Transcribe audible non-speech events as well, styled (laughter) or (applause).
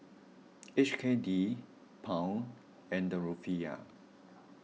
(noise) H K D Pound and Rufiyaa